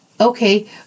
Okay